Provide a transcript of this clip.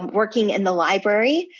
um working in the library.